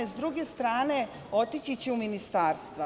S druge strane, otići će u ministarstva.